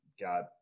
Got